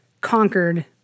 conquered